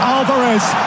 Alvarez